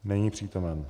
Není přítomen.